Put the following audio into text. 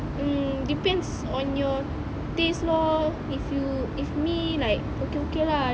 mm depends on your taste lor if you if me like okay okay lah